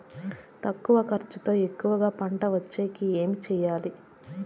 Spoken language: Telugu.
తక్కువ ఖర్చుతో ఎక్కువగా పంట వచ్చేకి నేను ఏమి చేయాలి?